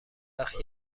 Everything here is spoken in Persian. وقت